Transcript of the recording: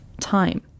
time